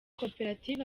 koperative